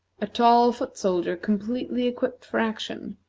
a tall foot soldier completely equipped for action,